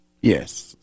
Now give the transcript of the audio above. Yes